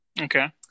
Okay